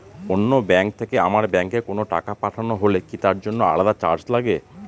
অন্য ব্যাংক থেকে আমার ব্যাংকে কোনো টাকা পাঠানো হলে কি তার জন্য আলাদা চার্জ লাগে?